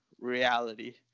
reality